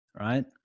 right